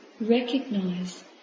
recognize